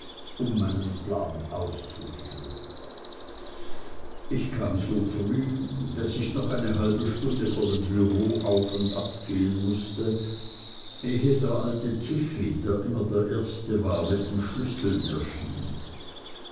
um meinen plan auszuführen ich kam so früh daß ich noch eine halbe stunde vor dem bureau auf und ab gehen mußte ehe der alte tiffey der immer der erste war mit den schlüsseln erschien